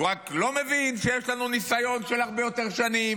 הוא רק לא מבין שיש לנו ניסיון של הרבה יותר שנים,